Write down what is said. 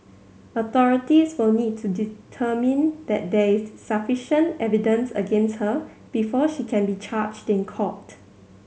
authorities will need to determine that there is sufficient evidence against her before she can be charged in court